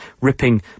ripping